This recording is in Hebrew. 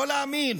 לא להאמין,